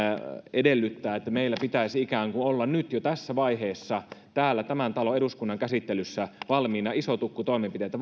edellyttää että meillä pitäisi ikään kuin olla nyt jo tässä vaiheessa täällä tämän talon eduskunnan käsittelyssä valmiina iso tukku toimenpiteitä